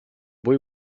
boy